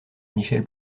michel